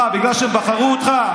מה, בגלל שהם בחרו אותך?